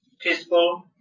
peaceful